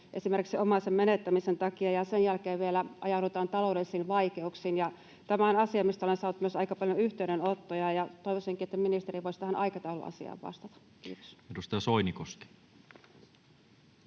esimerkiksi omaisen menettämisen takia ja sen jälkeen vielä ajaudutaan taloudellisiin vaikeuksiin. Tämä on asia, mistä olen saanut myös aika paljon yhteydenottoja, ja toivoisinkin, että ministeri voisi tähän aikatauluasiaan vastata. — Kiitos. [Speech